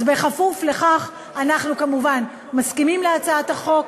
אז בכפוף לכך אנחנו כמובן מסכימים להצעת החוק,